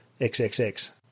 XXX